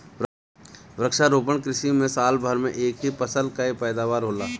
वृक्षारोपण कृषि में साल भर में एक ही फसल कअ पैदावार होला